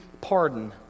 pardon